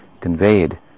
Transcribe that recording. conveyed